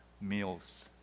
meals